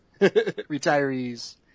retirees